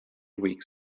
weeks